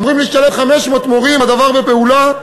אמורים להשתלב 500 מורים, הדבר בפעולה.